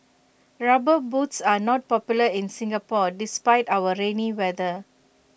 rubber boots are not popular in Singapore despite our rainy weather